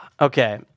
Okay